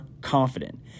confident